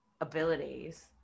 abilities